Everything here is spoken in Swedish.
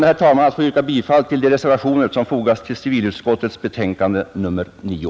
Jag ber sålunda att få yrka bifall till de reservationer som fogats till civilutskottets betänkande nr 9.